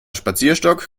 spazierstock